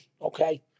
okay